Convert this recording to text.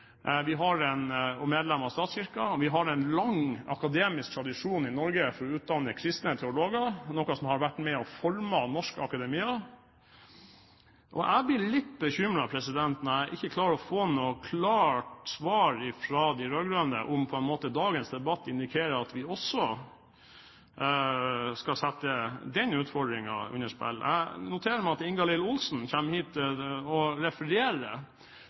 og medlemmer av statskirken. Vi har en lang akademisk tradisjon i Norge for å utdanne kristne teologer, noe som har vært med på å forme norsk akademia. Og jeg blir litt bekymret når jeg ikke får noe klart svar fra de rød-grønne om hvorvidt dagens debatt indikerer at vi også skal sette den utfordringen i spill. Jeg noterer meg at Ingalill Olsen refererer til en grunnlovsparagraf, med fynd og